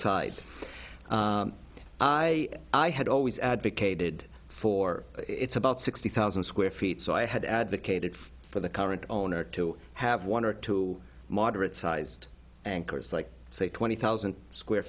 side i i had always advocated for it's about sixty thousand square feet so i had advocated for the current owner to have one or two moderate sized anchors like say twenty thousand square